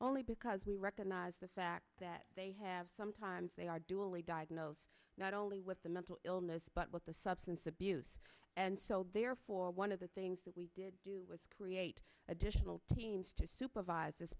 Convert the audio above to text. only because we recognize the fact that they have sometimes they are dualie diagnosed not only with the mental illness but what the substance abuse and sold there for one of the things that we did do was create additional teams to supervis